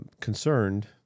concerned